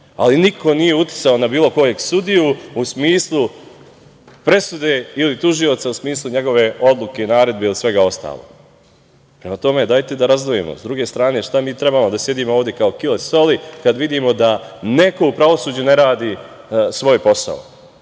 ali niko nije uticao na bilo kojeg sudiju u smislu presude ili tužioca u smislu njegove odluke i naredbe i svega ostalog. Prema tome, dajte da razdvojimo. Sa druge strane, šta mi trebamo, da sedimo ovde kao kilo soli, kad vidimo da neko u pravosuđu ne radi svoj posao,